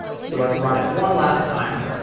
so let's run it one last time.